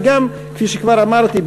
וגם כפי שכבר אמרתי,